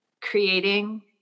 creating